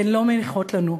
הן לא מניחות לנו,